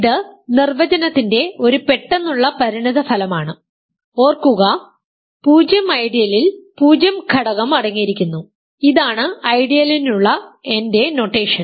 ഇത് നിർവചനത്തിന്റെ ഒരു പെട്ടെന്നുള്ള പരിണതഫലമാണ് ഓർക്കുക 0 ഐഡിയലിൽ 0 ഘടകം അടങ്ങിയിരിക്കുന്നു ഇതാണ് ഐഡിയലിനുള്ള എന്റെ നൊട്ടേഷൻ